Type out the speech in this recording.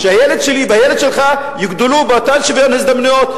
שהילד שלי והילד שלך יגדלו באותו שוויון הזדמנויות,